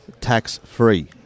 tax-free